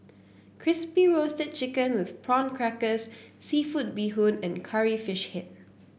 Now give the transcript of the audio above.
Crispy Roasted Chicken with Prawn Crackers seafood Bee Hoon and Curry Fish Head